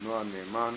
נועה נאמן.